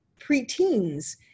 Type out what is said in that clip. preteens